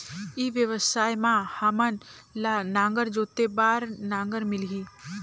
ई व्यवसाय मां हामन ला नागर जोते बार नागर मिलही?